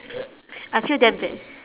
I feel damn bad